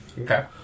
Okay